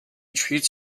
treats